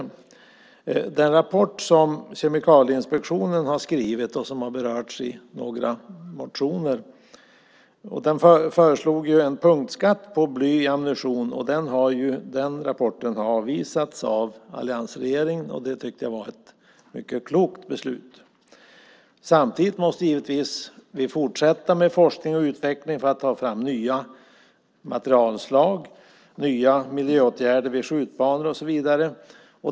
I den rapport som Kemikalieinspektionen har skrivit och som har berörts i några motioner föreslogs en punktskatt på bly i ammunition. Rapporten har avvisats av alliansregeringen, och det tycker jag var ett mycket klokt beslut. Samtidigt måste vi givetvis fortsätta med forskning och utveckling för att ta fram nya materialslag och nya miljöåtgärder vid skjutbanor och så vidare.